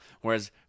whereas